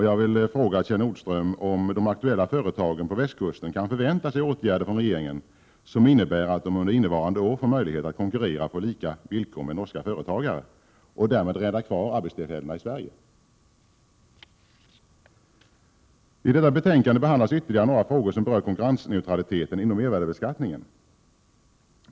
Jag vill fråga Kjell Nordström om de aktuella företagen på västkusten kan förvänta sig åtgärder från regeringen, som innebär att de under innevarande år får möjlighet att konkurrera på lika villkor med norska företagare och därmed rädda kvar arbetstillfällen i Sverige. I detta betänkande behandlas ytterligare några frågor som berör konkurrensneutraliteten inom mervärdebeskattningen.